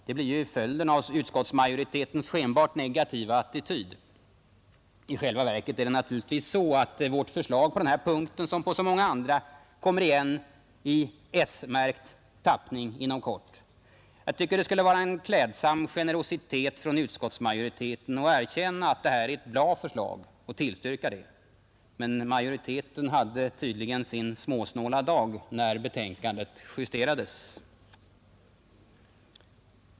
Det blir ju följden av utskottsmajoritetens skenbart negativa attityd. I själva verket är det naturligtvis så att vårt förslag på denna punkt som på så många andra inom kort kommer igen i s-märkt tappning. Jag tycker det skulle vara en klädsam generositet från utskottsmajoriteten att erkänna att det här är ett bra förslag och tillstyrka det. Men majoriteten hade tydligen sin småsnåla dag när betänkandet justerades.